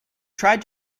tried